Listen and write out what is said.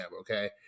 Okay